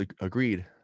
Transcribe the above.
agreed